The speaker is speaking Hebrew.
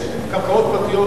יש קרקעות פרטיות,